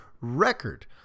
record